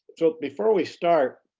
so before we start,